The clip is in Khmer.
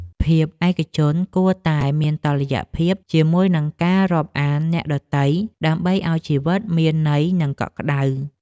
ភាពឯកជនគួរតែមានតុល្យភាពជាមួយនឹងការរាប់អានអ្នកដទៃ ដើម្បីឱ្យជីវិតមានន័យនិងកក់ក្តៅ។